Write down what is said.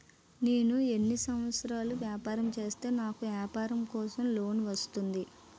నేను ఎన్ని సంవత్సరాలు వ్యాపారం చేస్తే నాకు వ్యాపారం కోసం లోన్ వస్తుంది?